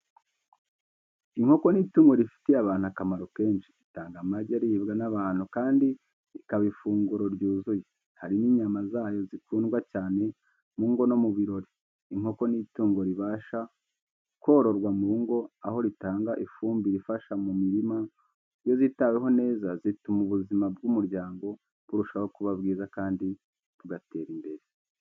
Inkoko ni itungo rifitiye abantu akamaro kenshi. Itanga amagi aribwa n'abantu kandi akaba ifunguro ryuzuye. Hari n'inyama zayo zikundwa cyane mu ngo no mu birori. Inkoko ni itungo ribasha kororwa mu ngo aho ritanga ifumbire ifasha mu mirima. Iyo zitaweho neza zituma ubuzima bw’umuryango burushaho kuba bwiza, kandi bugatera imbere.